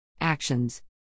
Actions